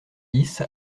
dix